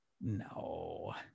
No